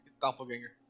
Doppelganger